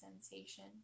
sensation